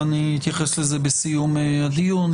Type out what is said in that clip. ואני אתייחס לזה בסיום הדיון.